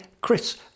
chris